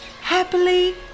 happily